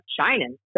shining